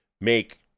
make